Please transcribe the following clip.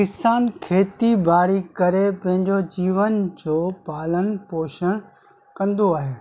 किसान खेती ॿाड़ी करे पंहिंजो जीवन जो पालन पोषण कंदो आहे